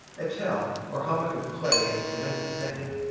a tell, or hummock of clay and cemented sand,